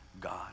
God